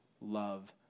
love